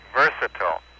versatile